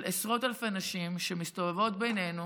עשרות אלפי נשים שמסתובבות בינינו,